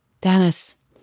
Dennis